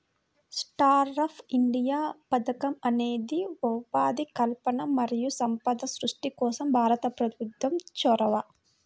startup India పథకం అనేది ఉపాధి కల్పన మరియు సంపద సృష్టి కోసం భారత ప్రభుత్వం చొరవ